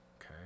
Okay